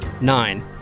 Nine